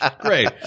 Great